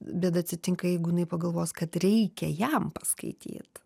bėda atsitinka jeigu jinai pagalvos kad reikia jam paskaityt